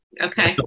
Okay